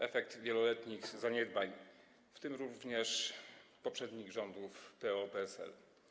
To efekt wieloletnich zaniedbań, w tym również poprzednich rządów PO-PSL.